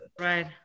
Right